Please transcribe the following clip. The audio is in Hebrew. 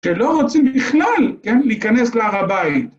‫שלא רוצים בכלל להיכנס להר הבית.